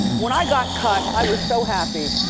when i got cut, i was so happy.